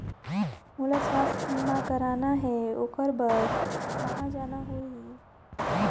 मोला स्वास्थ बीमा कराना हे ओकर बार कहा जाना होही?